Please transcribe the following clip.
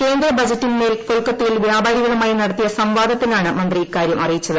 കേന്ദ്ര ബജറ്റിന്മേൽ കൊൽക്കത്തയിൽ വ്യാപാരീക്കുള്ളുമായി നടത്തിയ സംവാദത്തിലാണ് മന്ത്രി ഇക്കാര്യം അറിയിച്ചത്